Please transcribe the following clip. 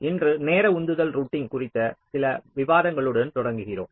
இன்று நேர உந்துதல் ரூட்டிங் குறித்த சில விவாதங்களுடன் தொடங்குகிறோம்